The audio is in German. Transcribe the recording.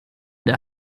der